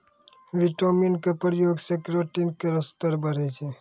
vitamin क प्रयोग सें केरोटीन केरो स्तर बढ़ै छै